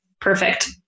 perfect